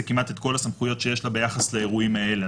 כמעט את כל הסמכויות שיש לה ביחס לאירועים האלה.